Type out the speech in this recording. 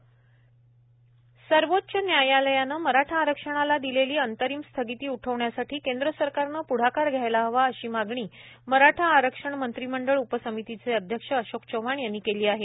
अशोक चव्हाण सर्वोच्च न्यायालयानं मराठा आरक्षणाला दिलेली अंतरिम स्थगिती उठविण्यासाठी केंद्र सरकारनं प्ढाकार घ्यायला हवा अशी मागणी मराठा आरक्षण मंत्रिमंडळ उपसमितीचे अध्यक्ष अशोक चव्हाण यांनी केली आहे